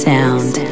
Sound